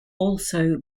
also